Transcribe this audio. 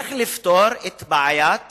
איך לפתור את בעיית